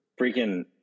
freaking